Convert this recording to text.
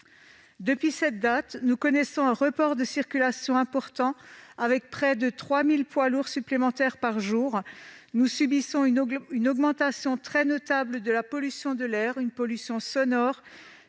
Depuis cette date, nous connaissons un report de circulation important, avec près de 3 000 poids lourds supplémentaires par jour. Nous subissons une augmentation très notable de la pollution de l'air, une pollution sonore,